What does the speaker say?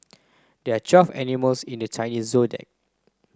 there are twelve animals in the Chinese Zodiac